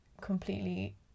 completely